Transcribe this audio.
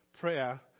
prayer